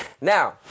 Now